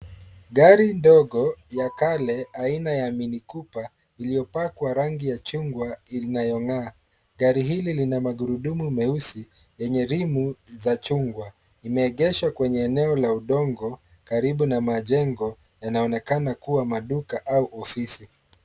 Gari dogo ya kale aina ya Mini Cooper iliyopakwa rangi ya chungwa inayong'aa. Gari hili lina magurudumu meusi yenye rimu za chungwa. Imeegeshwa kwenye eneo la udongo karibu na majengo yanaonekana kuwa maduka au ofisi.